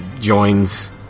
joins